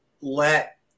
let